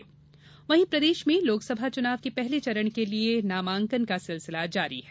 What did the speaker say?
प्रदेश नामांकन प्रदेश में लोकसभा चुनाव के पहले चरण के लिये नामांकन का सिलसिला जारी है